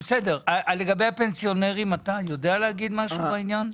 לגבי הפנסיונרים, אתה יודע להגיד משהו בעניין?